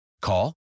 Call